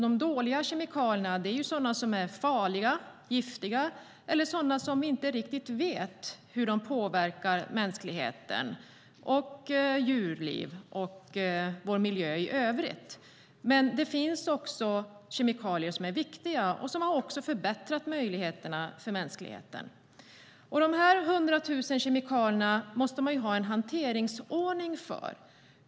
De dåliga är farliga, giftiga eller sådana där vi inte riktigt vet hur de påverkar mänskligheten, djurlivet och miljön i övrigt. Men det finns också viktiga kemikalier som har förbättrat möjligheterna för mänskligheten. Vi måste ha en hanteringsordning för de 100 000 kemikalierna.